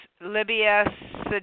Libya